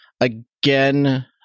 again